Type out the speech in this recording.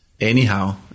anyhow